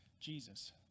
Jesus